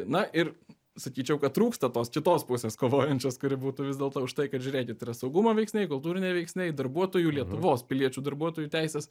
na ir sakyčiau kad trūksta tos kitos pusės kovojančios kuri būtų vis dėlto už tai kad žiūrėkit yra saugumo veiksniai kultūriniai veiksniai darbuotojų lietuvos piliečių darbuotojų teisės